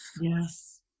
Yes